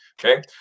Okay